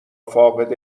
فاقد